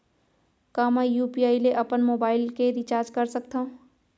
का मैं यू.पी.आई ले अपन मोबाइल के रिचार्ज कर सकथव?